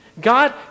God